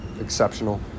exceptional